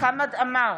חמד עמאר,